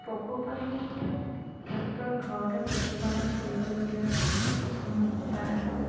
পশুপালনৰ ক্ষেত্ৰত ঘৰতে প্ৰতিপালন কৰিবলগীয়া কিছুমান উপায় হ'ল